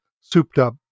souped-up